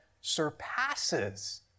surpasses